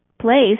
place